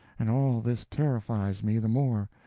and all this terrifies me the more,